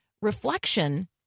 reflection